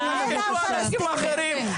תלמדו מאנשים אחרים.